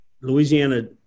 Louisiana